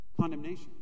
Condemnation